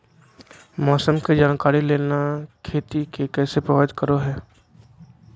मौसम के जानकारी लेना खेती के कैसे प्रभावित करो है?